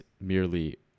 merely